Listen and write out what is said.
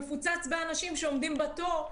מפוצץ באנשים שעומדים בתור,